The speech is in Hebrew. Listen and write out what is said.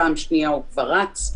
בפעם השנייה הוא כבר רץ.